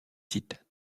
sites